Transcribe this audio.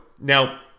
Now